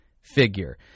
figure